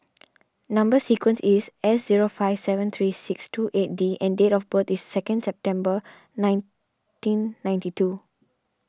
Number Sequence is S zero five seven three six two eight D and date of birth is second September nineteen ninety two